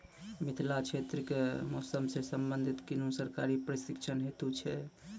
मिथिला क्षेत्रक कि मौसम से संबंधित कुनू सरकारी प्रशिक्षण हेतु छै?